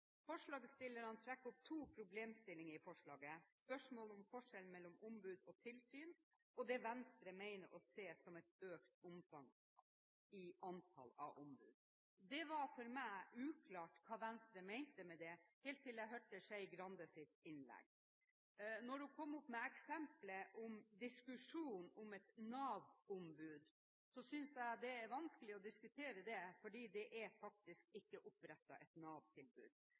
Forslagsstillerne trekker opp to problemstillinger i forslaget: spørsmålet om forskjellen mellom ombud og tilsyn og det Venstre mener å se som et økt omfang i antall ombud. For meg var det uklart hva Venstre mente med det, helt til jeg hørte Trine Skei Grandes innlegg. Da hun kom med eksemplet om å lage et Nav-ombud, synes jeg det er vanskelig å diskutere, fordi det faktisk ikke er opprettet et